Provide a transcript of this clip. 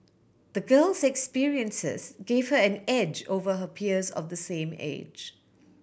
the girl's experiences gave her an edge over her peers of the same age